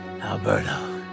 Alberto